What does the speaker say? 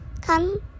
come